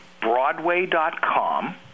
Broadway.com